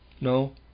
No